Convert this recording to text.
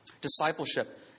Discipleship